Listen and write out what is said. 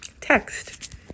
text